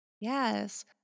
Yes